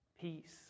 Peace